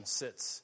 sits